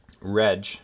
Reg